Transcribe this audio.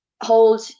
hold